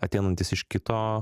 ateinantys iš kito